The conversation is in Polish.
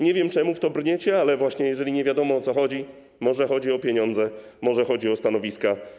Nie wiem, dlaczego w to brniecie, ale właśnie jeżeli nie wiadomo, o co chodzi, może chodzić o pieniądze, może chodzić o stanowiska.